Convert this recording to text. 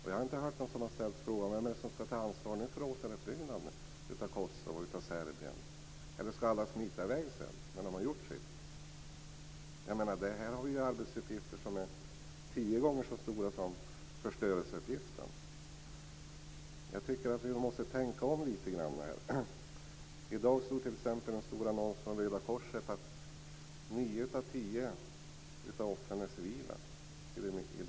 Jag har inte hört någon som har ställt frågan om vem det är som skall ta ansvar för återuppbyggnaden av Kosovo och Serbien. Skall alla smita i väg när de har gjort sitt? Här har vi arbetsuppgifter som är tio gånger så stora som förstörelseuppgiften. Jag tycker att vi måste tänka om lite grann. I dag såg jag i en stor annons från Röda korset att nio av tio av offren är civila i detta krig.